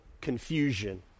confusion